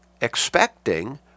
expecting